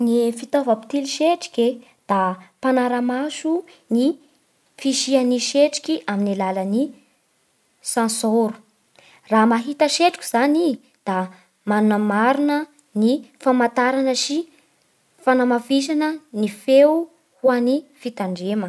Ny fitaova mpitily setriky e da mpanara-maso ny fisian'ny setriky amin'ny alalan'ny sansôro. Raha mahita setroky zany i da manamarina ny famantarana sy fanamafisana ny feo ho an'ny fitandrema.